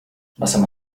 رسم